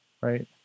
right